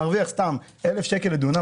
מרוויח 1,000 שקל לדונם,